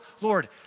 Lord